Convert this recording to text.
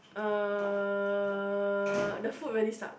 uh the food really sucks